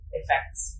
effects